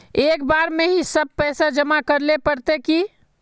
एक बार में ही सब पैसा जमा करले पड़ते की?